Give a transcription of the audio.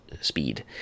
speed